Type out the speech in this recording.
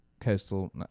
coastal